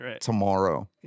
tomorrow